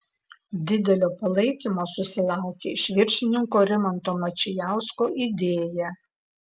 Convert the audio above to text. didelio palaikymo susilaukė iš viršininko rimanto mačijausko idėja